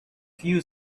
few